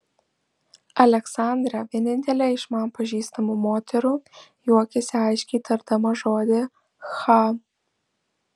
aleksandra vienintelė iš man pažįstamų moterų juokiasi aiškiai tardama žodį cha